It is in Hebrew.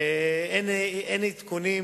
אין עדכונים.